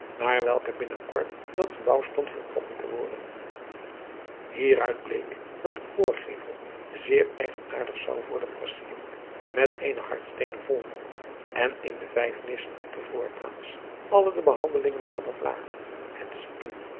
naar welke binnen kort dat gebouw stond voltrokken te worden ieruit bleek dat de voorgevel zeer eigenaardig zou worden versierd met eenen hardsteenen olmolen en in de vijf nissen op de voorplaats alle de behandelingen van het aken het spinnen